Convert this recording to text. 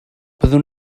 byddwn